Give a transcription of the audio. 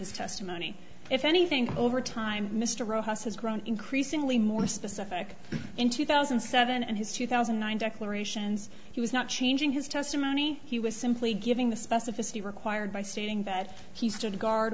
his testimony if anything over time mr rojas has grown increasingly more specific in two thousand and seven and his two thousand and nine declarations he was not changing his testimony he was simply giving the specificity required by stating that he stood guard